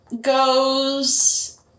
goes